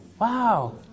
Wow